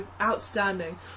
outstanding